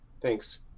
thanks